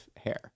hair